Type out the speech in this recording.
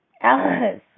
Alice